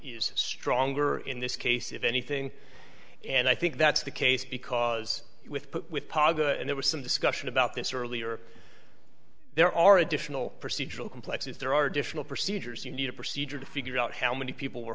is stronger in this case if anything and i think that's the case because with pago and there was some discussion about this earlier there are additional procedural complex is there are additional procedures you need a procedure to figure out how many people were